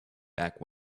back